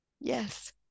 yes